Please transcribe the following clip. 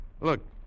Look